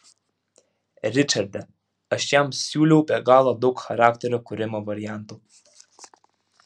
ričarde aš jam siūliau be galo daug charakterio kūrimo variantų